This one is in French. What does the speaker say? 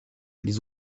les